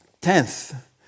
Tenth